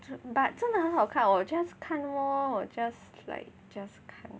but 真的很好看我 just 看 lor 我 just like just 看